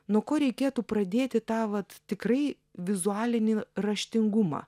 nuo ko reikėtų pradėti tą vat tikrai vizualinį raštingumą